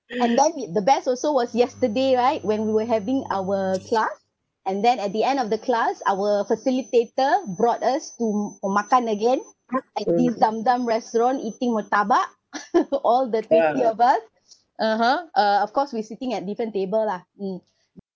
and then the best also was yesterday right when we were having our class and then at the end of the class our facilitator brought us to to makan again I think some dumb restaurant eating murtabak all the twenty of us (uh huh) uh of course we sitting at different table lah mm